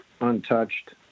untouched